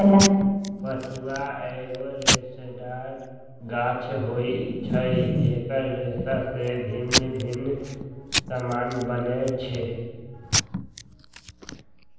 पटुआ एगो रेशेदार गाछ होइ छइ जेकर रेशा से भिन्न भिन्न समान बनै छै